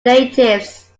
natives